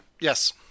Yes